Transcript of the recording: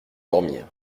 dormir